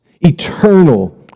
Eternal